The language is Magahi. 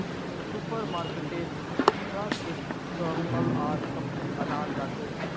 सुपर मार्केटेत सीधा खेत स फल आर सब्जी अनाल जाछेक